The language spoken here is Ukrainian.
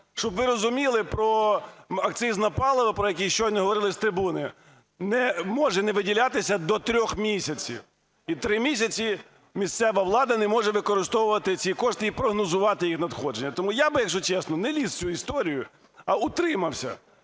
Щоб ви розуміли, про акцизне паливо, про яке щойно говорили з трибуни, не може не виділятися до трьох місяців, і три місяці місцева влада не може використовувати ці кошти і прогнозувати їх надходження. Тому я би, якщо чесно, не ліз в цю історію, а утримався.